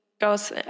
goes